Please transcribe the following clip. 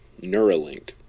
Neuralink